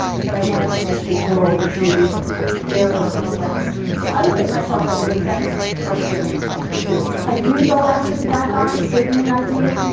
is that i wanted to make the world be a fairer place. so i look at myself as a defense person too. i do go after the bad guys. certainly i do.